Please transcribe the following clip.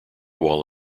wall